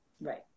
right